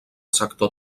sector